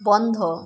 বন্ধ